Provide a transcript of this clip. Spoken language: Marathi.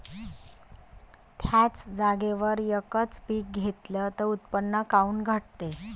थ्याच जागेवर यकच पीक घेतलं त उत्पन्न काऊन घटते?